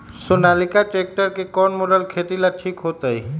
Sonalika tractor के कौन model खेती ला ठीक होतै?